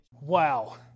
Wow